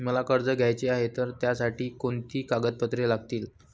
मला कर्ज घ्यायचे आहे तर त्यासाठी कोणती कागदपत्रे लागतील?